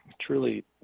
truly